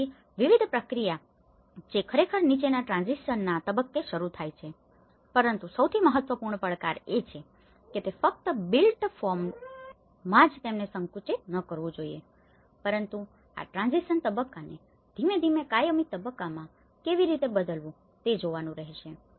તેથી વિવિધ પ્રક્રિયા જે ખરેખર નીચેના ટ્રાન્ઝીશનના તબક્કે શરૂ થાય છે પરંતુ સૌથી મહત્વપૂર્ણ પડકાર એ છે કે તે ફક્ત બિલ્ટ ફોર્મમાં જ તેમને સંકુચિત ન કરવું જોઈએ પરંતુ આ ટ્રાન્ઝીશન તબકકાને ધીમે ધીમે કાયમી તબક્કામાં કેવી રીતે બદલવું જોઈએ તે જોવાનું રહેશે